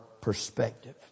perspective